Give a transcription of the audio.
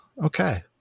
Okay